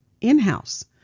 in-house